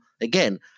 again